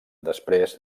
després